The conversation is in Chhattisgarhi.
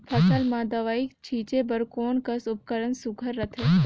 फसल म दव ई छीचे बर कोन कस उपकरण सुघ्घर रथे?